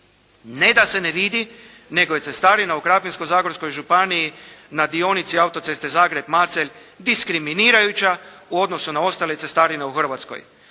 Ne da se ne vidi nego je cestarina u Krapinsko-Zagorskoj županiji na dionici autoceste Zagreb-Macelj diskriminirajuća u odnosu na ostale cestarine u Hrvatskoj.